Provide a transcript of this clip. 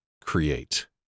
create